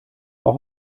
auch